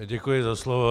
Děkuji za slovo.